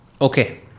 Okay